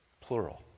plural